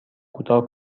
کوتاه